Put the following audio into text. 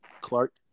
Clark